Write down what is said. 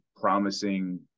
promising